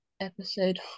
Episode